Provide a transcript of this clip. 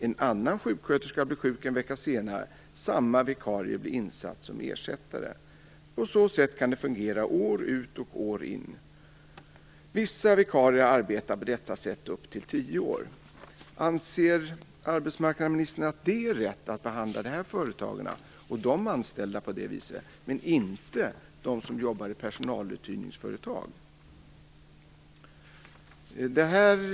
En annan sjuksköterska blir sjuk en vecka senare. Samma vikarie blir insatt som ersättare. På så sätt kan det fungera år ut och år in. Vissa vikarier arbetar på detta sätt upp till tio år." Anser arbetsmarknadsministern att det är rätt att behandla detta företag och dess anställda - men inte de som arbetar inom personaluthyrningsföretag - på det här viset?